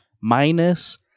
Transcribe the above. minus